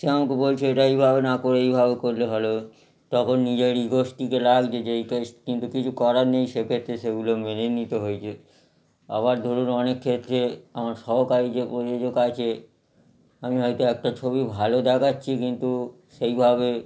সে আমাকে বলছে এটা এইভাবে না করে এইভাবে করলে ভালো তখন নিজের ইগোস্টিতে লাগছে যে ইগোস্টি কিন্তু কিছু করার নেই সেক্ষেত্রে সেগুলো মেনে নিতে হয়েছে আবার ধরুন অনেক ক্ষেত্রে আমার সহকারী যে প্রযোজক আছে আমি হয়তো একটা ছবি ভালো দেখাচ্ছি কিন্তু সেইভাবে